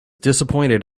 disappointed